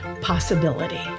possibility